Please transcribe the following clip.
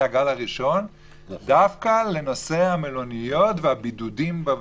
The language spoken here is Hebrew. הגל הראשון דווקא לנושא המלוניות והבידודים בבתים.